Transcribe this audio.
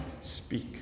speak